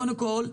קודם כול,